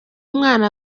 mwana